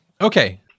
Okay